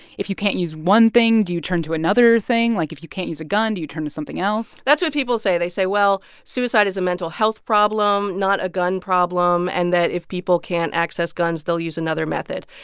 if you can't use one thing, do you turn to another thing? like, if you can't use a gun, do you turn to something else? that's what people say. they say, well, suicide is a mental health problem not a gun problem and that if people can't access guns, they'll use another method.